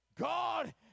God